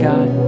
God